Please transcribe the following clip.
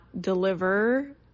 deliver